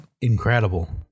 Incredible